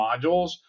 modules